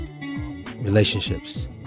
relationships